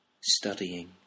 studying